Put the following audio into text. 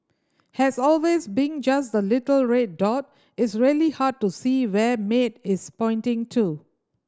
has always being just the little red dot it's really hard to see where Maid is pointing to